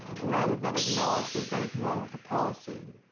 rather than acknowledge there's anything wrong with the policy,